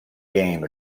game